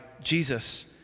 Jesus